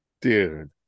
dude